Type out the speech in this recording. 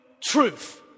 truth